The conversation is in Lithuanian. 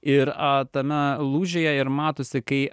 ir a tame lūžyje ir matosi kai